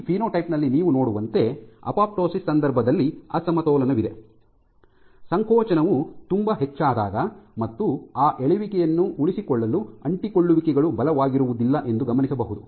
ಈ ಫಿನೋಟೈಪ್ ನಲ್ಲಿ ನೀವು ನೋಡುವಂತೆ ಅಪೊಪ್ಟೋಸಿಸ್ ನ ಸಂದರ್ಭದಲ್ಲಿ ಅಸಮತೋಲನವಿದೆ ಸಂಕೋಚನವು ತುಂಬಾ ಹೆಚ್ಚಾದಾಗ ಮತ್ತು ಆ ಎಳೆಯುವಿಕೆಯನ್ನು ಉಳಿಸಿಕೊಳ್ಳಲು ಅಂಟಿಕೊಳ್ಳುವಿಕೆಗಳು ಬಲವಾಗಿರುವುದಿಲ್ಲ ಎಂದು ಗಮನಿಸಬಹುದು